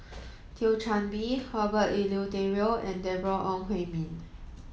Thio Chan Bee Herbert Eleuterio and Deborah Ong Hui Min